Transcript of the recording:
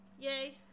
yay